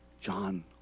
John